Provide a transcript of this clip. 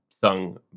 sung